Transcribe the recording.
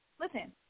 Listen